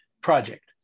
project